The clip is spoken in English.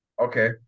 Okay